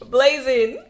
Blazing